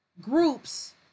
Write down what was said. groups